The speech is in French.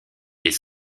est